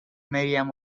miriam